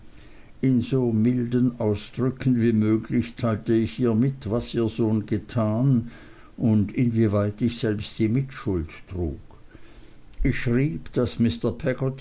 in so milden ausdrücken wie möglich teilte ich ihr mit was ihr sohn getan und inwieweit ich selbst die mitschuld trug ich schrieb daß